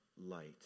light